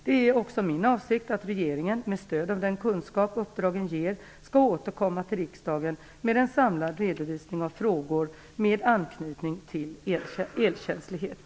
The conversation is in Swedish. Det är också min avsikt att regeringen, med stöd av den kunskap uppdragen ger, skall återkomma till riksdagen med en samlad redovisning av frågor med anknytning till elkänslighet.